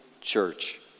church